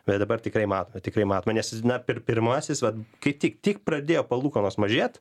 bet dabar tikrai matome tikrai matome nes na pir pir pirmasis vat kai tik tik pradėjo palūkanos mažėt